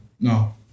No